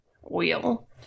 wheel